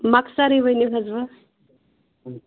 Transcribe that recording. مۄختصرے ؤنِو حظ وۅنۍ